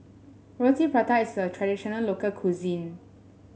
Roti Prata is a traditional local cuisine